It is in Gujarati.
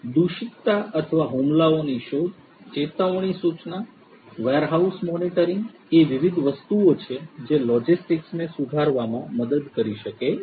દૂષિતતા અથવા હુમલાઓની શોધ ચેતવણી સૂચના વેરહાઉસ મોનિટરિંગ એ વિવિધ વસ્તુઓ છે જે લોજિસ્ટિક્સને સુધારવામાં મદદ કરી શકે છે